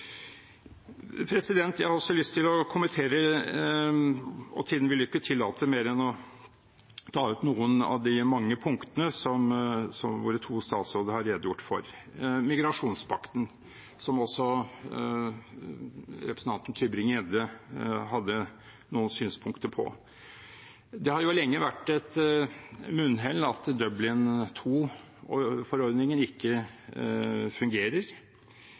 Jeg har også lyst til å kommentere – tiden vil ikke tillate mer enn å ta opp noen av de mange punktene som våre to statsråder har redegjort for – migrasjonspakten, som også representanten Tybring-Gjedde hadde noen synspunkter på. Det har jo lenge vært et munnhell at Dublin II-forordningen ikke fungerer.